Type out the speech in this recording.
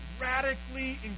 radically